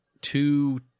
two